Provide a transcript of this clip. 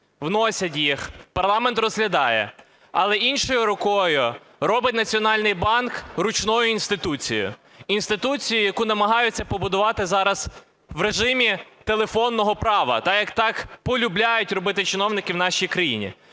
вносять їх, парламент розглядає, але іншою рукою роблять Національний банк ручною інституцією. Інституцією, яку намагаються побудувати зараз в режимі телефонного права, так як полюбляють робити чиновники в нашій країні.